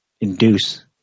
induce